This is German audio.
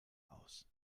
aus